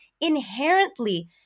inherently